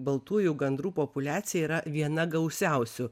baltųjų gandrų populiacija yra viena gausiausių